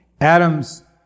Adam's